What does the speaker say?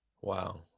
Wow